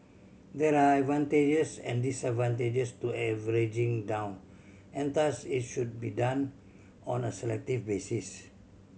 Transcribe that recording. there are advantages and disadvantages to averaging down and thus it should be done on a selective basis